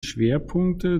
schwerpunkte